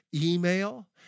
email